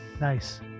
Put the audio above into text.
Nice